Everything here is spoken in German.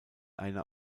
einer